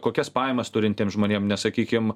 kokias pajamas turintiem žmonėm nes sakykim